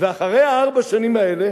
ואחרי ארבע השנים האלה